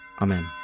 Amen